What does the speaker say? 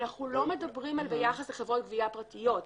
אנחנו לא מדברים על ביחס לחברות גבייה פרטיות.